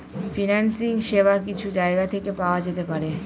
financing সেবা কিছু জায়গা থেকে পাওয়া যেতে পারে